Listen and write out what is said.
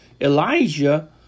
Elijah